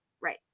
Right